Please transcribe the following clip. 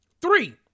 Three